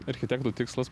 architektų tikslas